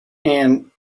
and